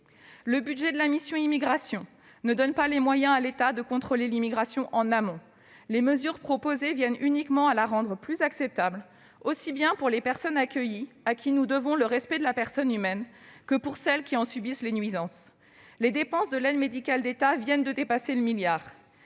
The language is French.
asile et intégration » ne permettront pas à l'État de contrôler l'immigration en amont. Les mesures proposées visent uniquement à la rendre plus acceptable, aussi bien pour les personnes accueillies, à qui nous devons le respect en tant que personnes humaines, que pour celles qui en subissent les nuisances. Le montant des dépenses de l'aide médicale de l'État vient de dépasser le milliard